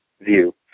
view